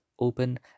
open